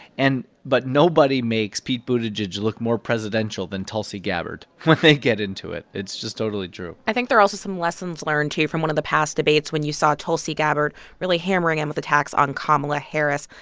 and but nobody makes pete buttigieg look more presidential than tulsi gabbard when they get into it. it's just totally true i think there are also some lessons learned here from one of the past debates when you saw tulsi gabbard really hammering him with attacks on kamala harris.